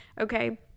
okay